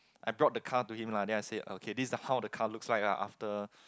I brought the car to him lah then I say okay this is how the car looks like lah after